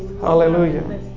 Hallelujah